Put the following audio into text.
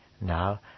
now